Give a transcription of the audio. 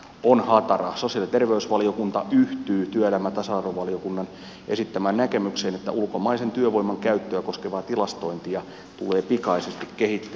sosiaali ja terveysvaliokunta yhtyy työelämä ja tasa arvovaliokunnan esittämään näkemykseen että ulkomaisen työvoiman käyttöä koskevaa tilastointia tulee pikaisesti kehittää